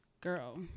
girl